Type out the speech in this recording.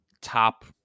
top